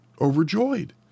overjoyed